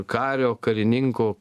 kario karininko